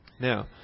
Now